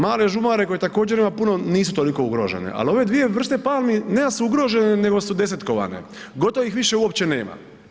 Male žumare koje također ima puno, nisu toliko ugrožene, ali ove dvije vrste palmi ne da su ugrožene nego su desetkovane, gotovo ih više uopće nema.